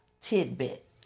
tidbit